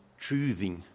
truthing